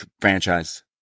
franchise